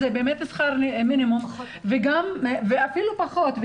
זה שכר מינימום ואפילו פחות.